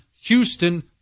Houston